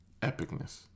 epicness